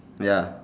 ya